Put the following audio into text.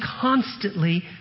constantly